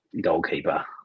goalkeeper